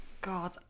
God